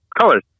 colors